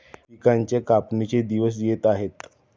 पिकांच्या कापणीचे दिवस येत आहेत